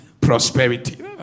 prosperity